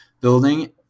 building